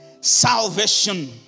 salvation